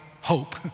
hope